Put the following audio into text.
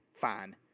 fine